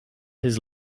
his